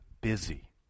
busy